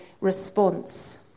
response